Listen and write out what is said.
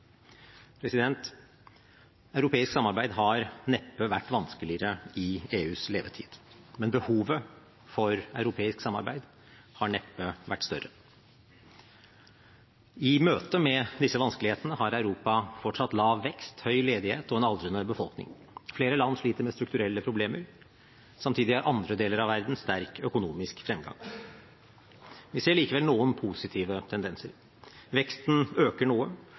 Europeisk samarbeid har neppe vært vanskeligere i EUs levetid. Men behovet for europeisk samarbeid har neppe vært større. I møtet med disse vanskelighetene har Europa fortsatt lav vekst, høy ledighet og en aldrende befolkning. Flere land sliter med strukturelle problemer. Samtidig har andre deler av verden sterk økonomisk fremgang. Vi ser likevel noen positive tendenser. Veksten øker noe,